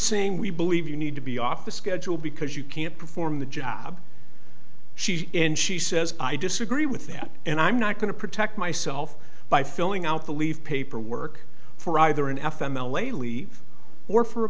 saying we believe you need to be off the schedule because you can't perform the job she and she says i disagree with that and i'm not going to protect myself by filling out the leave paperwork for either an f m l a leave or for a